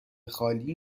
خالی